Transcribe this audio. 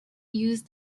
use